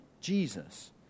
Jesus